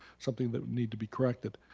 something that would need to be corrected.